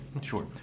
sure